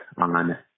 on